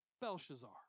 Belshazzar